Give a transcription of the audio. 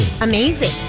amazing